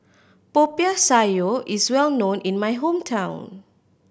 Popiah Sayur is well known in my hometown